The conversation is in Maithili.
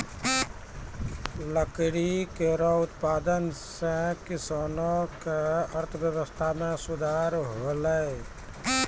लकड़ी केरो उत्पादन सें किसानो क अर्थव्यवस्था में सुधार हौलय